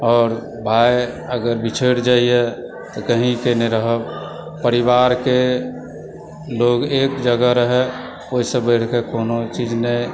आओर भाय अगर बिछड़ि जाइए तऽ कहीके नहि रहब परिवारके लोग एक जगह रहय ओहिसँ बढ़िके कोनो चीज नहि